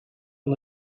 van